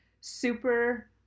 super